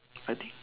I think